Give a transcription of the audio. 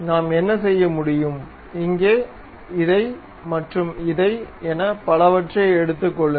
நாம் என்ன செய்ய முடியும் இங்கே இதை மற்றும் இதை என பலவற்றை எடுத்துக் கொள்ளுங்கள்